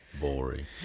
Boring